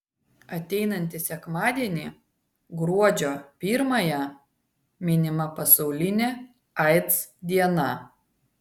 ateinantį sekmadienį gruodžio pirmąją minima pasaulinė aids diena